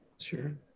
Sure